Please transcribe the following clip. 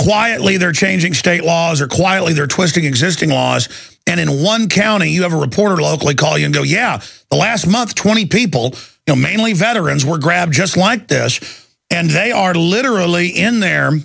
quietly they're changing state laws or quietly they're twisting existing laws and in one county you have a reporter lovely call you go yeah the last month twenty people now mainly veterans were grabbed just like this and they are literally in their